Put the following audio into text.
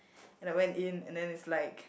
and I went in and then it's like